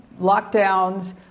lockdowns